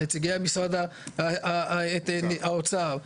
נציגי האוצר,